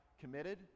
committed